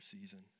season